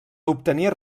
obtenir